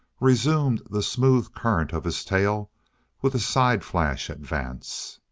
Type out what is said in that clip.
resumed the smooth current of his tale with a side flash at vance.